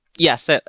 Yes